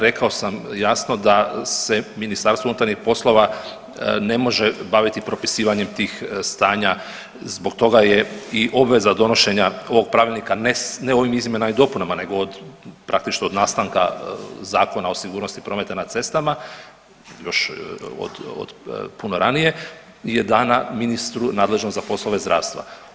Rekao sam jasno da se Ministarstvo unutarnjih poslova ne može baviti propisivanjem tih stanja zbog toga je i obveza donošenja ovog pravilnika, ne ovim izmjenama i dopunama nego od praktično od nastanka Zakona o sigurnosti prometa na cestama, još od puno ranije je dana ministru nadležnom za poslove zdravstva.